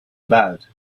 about